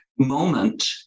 moment